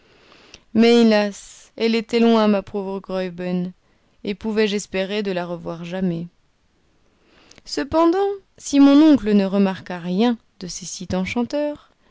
mais hélas elle était loin ma pauvre graüben et pouvais-je espérer de la revoir jamais cependant si mon oncle ne remarqua rien de ces sites enchanteurs